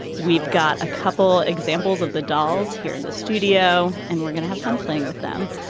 we've got a couple examples of the dolls here in the studio. and we're going to have fun playing with them.